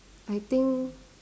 I think